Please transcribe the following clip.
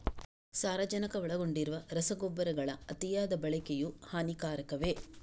ಸಾರಜನಕ ಒಳಗೊಂಡಿರುವ ರಸಗೊಬ್ಬರಗಳ ಅತಿಯಾದ ಬಳಕೆಯು ಹಾನಿಕಾರಕವೇ?